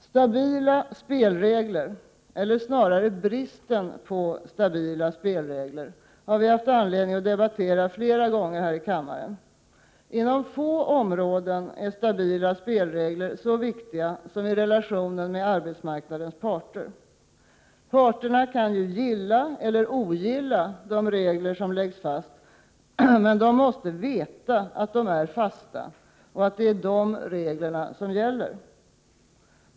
Stabila spelregler — eller snarare bristen på stabila spelregler — har vi haft anledning att debattera flera gånger tidigare. Inom få områden är stabila spelregler så viktiga som i relationen med arbetsmarknadens parter. Parterna kan gilla eller ogilla de regler som läggs fast, men de måste veta att de är fasta och att det är de reglerna som gäller.